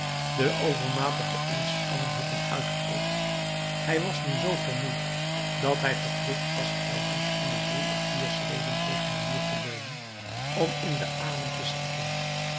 de overmatige inspanning had hem uitgeput hij was nu zoo vermoeid dat hij verplicht was telkens om de drie of vier schreden tegen den muur te leunen om in den adem te schieten